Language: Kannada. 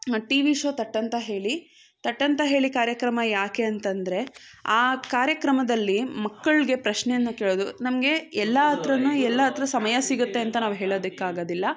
ಟಿ ವಿ ಶೋ ಥಟ್ ಅಂತ ಹೇಳಿ ಥಟ್ ಅಂತ ಹೇಳಿ ಕಾರ್ಯಕ್ರಮ ಯಾಕೆ ಅಂತಂದರೆ ಆ ಕಾರ್ಯಕ್ರಮದಲ್ಲಿ ಮಕ್ಕಳಿಗೆ ಪ್ರಶ್ನೆಯನ್ನು ಕೇಳೊದು ನಮಗೆ ಎಲ್ಲ ಹತ್ತಿರನು ಎಲ್ಲ ಹತ್ತಿರ ಸಮಯ ಸಿಗತ್ತೆ ಅಂತ ನಾವು ಹೇಳೊದಕ್ಕೆ ಆಗೋದಿಲ್ಲ